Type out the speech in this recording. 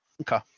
Okay